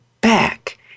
back